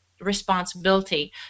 responsibility